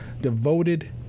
devoted